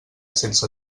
sense